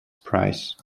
price